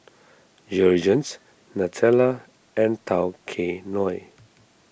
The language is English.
Jergens Nutella and Tao Kae Noi